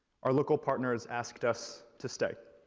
our local partners asked us to stay.